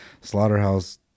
slaughterhouse